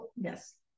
Yes